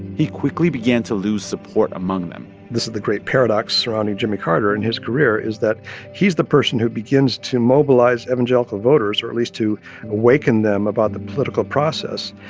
he quickly began to lose support among them this is the great paradox surrounding jimmy carter and his career, is that he's the person who begins to mobilize evangelical voters, or at least to awaken them about the political process.